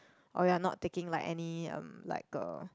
or you are not taking like any um like a